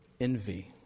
Envy